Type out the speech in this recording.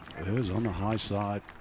and it is on the high side.